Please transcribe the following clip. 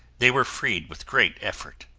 they were freed with great effort.